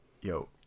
yo